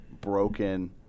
broken